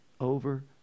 over